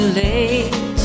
late